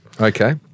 Okay